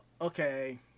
okay